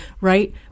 right